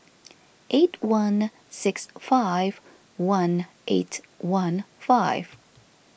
eight one six five one eight one five